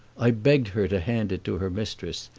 i begged her to hand it to her mistress,